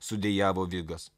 sudejavo vigas